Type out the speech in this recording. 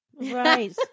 Right